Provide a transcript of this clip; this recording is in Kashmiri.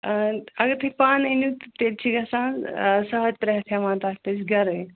اگر تُہۍ پانہٕ أنِو تہٕ تیٚلہِ چھِ گَژھان ساڑ ترٛےٚ ہَتھ ہٮ۪وان تَتھ أسۍ گَرٕوٕنۍ